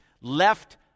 left